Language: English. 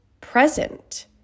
present